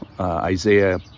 Isaiah